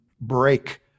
break